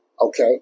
Okay